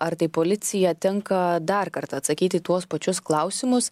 ar tai policija tenka dar kartą atsakyti į tuos pačius klausimus